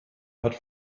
hat